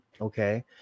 okay